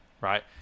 Right